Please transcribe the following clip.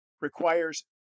requires